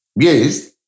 Yes